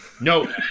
No